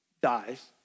dies